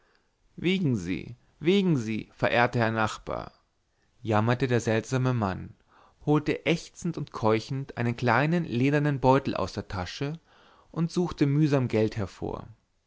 wiegen sie wiegen sie verehrter herr nachbar jammerte der seltsame mann holte ächzend und keuchend einen kleinen ledernen beutel aus der tasche und suchte mühsam geld hervor